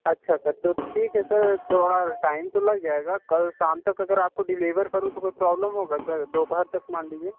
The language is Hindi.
अच्छा सर तो ठीक है सर थोड़ा टाइम तो लग जाएगा कल शाम तक अगर आपको डिलीवर करूँ तो कोई प्रॉब्लम होगा सर दोपहर तक मान लीजिए